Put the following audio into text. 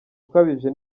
ukabije